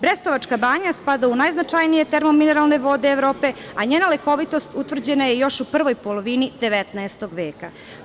Brestovačka banja spada u najznačajnije termo-mineralne vode Evrope, a njena lekovitost utvrđena je još u prvoj polovini 19. veka.